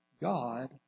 God